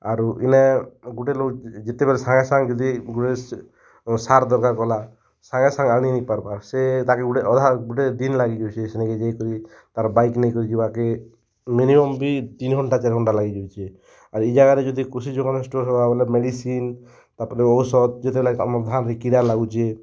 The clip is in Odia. ଆରୁ ଇନେ ଗୁଟେ ଲୋକ୍ ଯେତେବେଳେ ସାଙ୍ଗେସାଙ୍ଗେ ଯଦି ଗୁଟେ ସାର୍ ଦର୍କାର୍ କଲା ସାଙ୍ଗେସାଙ୍ଗେ ଆନି ପାର୍ବା ସେ ତା'କେ ଗୁଟେ ଅଧା ଗୁଟେ ଦିନ୍ ଲାଗିକରି ସେ ସେନ୍କେ ଯାଇକରି ତା'ର୍ ବାଇକ୍ ନେଇକରି ଯିବାକେ ମିନିମମ୍ ବି ତିନ୍ ଘଣ୍ଟା ଚାଏର୍ ଘଣ୍ଟା ଲାଗି ଯାଉଛେ ଆଉ ଇ ଜାଗାରେ ଯଦି କୃଷି ଯୋଗାଣ ଷ୍ଟୋର୍ ହେବା ବେଲେ ମେଡ଼ିସିନ୍ ତା'ର୍ପରେ ଔଷଧ ଯେତେବେଳେ ଆମର୍ ଧାନ୍ବି କିଣା ଲାଗୁଛେ